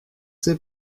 ses